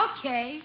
Okay